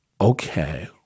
okay